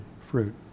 fruit